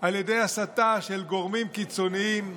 על ידי הסתה של גורמים קיצוניים,